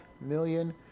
million